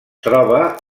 troba